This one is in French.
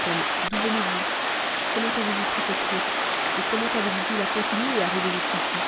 comme d'où venez-vous comment t avez-vous pris cette route et com ment a vez vous pu la continuer et venir jusqu'ici